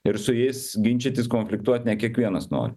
ir su jais ginčytis konfliktuot ne kiekvienas nori